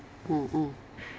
mm mm